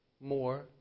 more